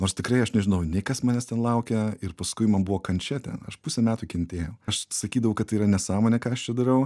nors tikrai aš nežinojau nei kas manęs ten laukia ir paskui man buvo kančia ten aš pusę metų kentėjau aš sakydavau kad tai yra nesąmonė ką aš čia darau